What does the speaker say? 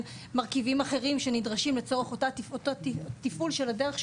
מרכיבים אחרים שנדרשים לצורך אותו תפעול של הדרך,